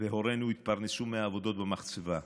והורינו התפרנסו מעבודות במחצבה.